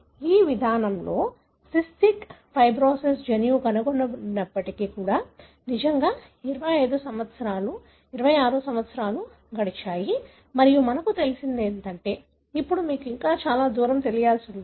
కాబట్టి ఈ విధానం ద్వారా సిస్టిక్ ఫైబ్రోసిస్ జన్యువు కనుగొనబడినప్పటి నుండి నిజంగా 25 సంవత్సరాలు 26 సంవత్సరాలు గడిచాయి మరియు మీకు తెలిసినది ఇప్పుడు మీకు ఇంకా చాలా దూరం తెలియాల్సి ఉంది